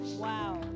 Wow